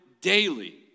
daily